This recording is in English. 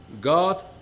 God